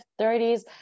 30s